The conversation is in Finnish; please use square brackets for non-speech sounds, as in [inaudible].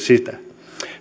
[unintelligible] sitä